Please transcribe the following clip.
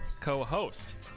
co-host